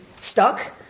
stuck